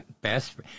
best